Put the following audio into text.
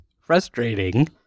frustrating